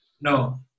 No